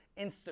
Instagram